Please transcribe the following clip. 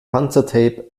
panzertape